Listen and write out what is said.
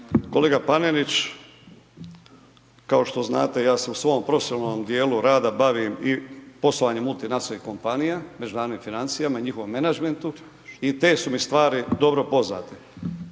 Kolega Panenić, kao što znate ja se u svom profesionalnom dijelu rada bavim i poslovanjem multinacionalnih kompanija, međunarodnim financijama i njihovom menadžmentu, i te su mi stvari dobro poznate.